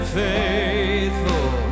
faithful